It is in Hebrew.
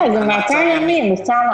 זה מעצר ימים.